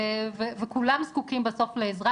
וכולם זקוקים בסוף לעזרה,